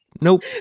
nope